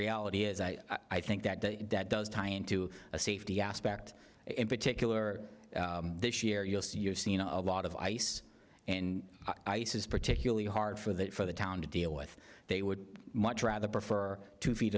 reality is i think that the that does tie into a safety aspect in particular this year you'll see you've seen a lot of ice and ice is particularly hard for that for the town to deal with they would much rather prefer two feet